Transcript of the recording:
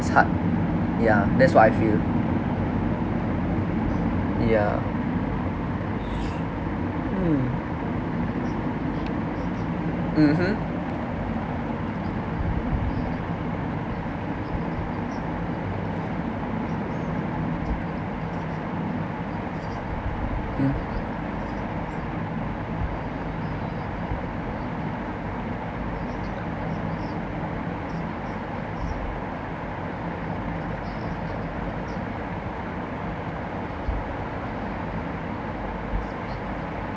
it's hard yeah that's what I feel yeah mm mmhmm hmm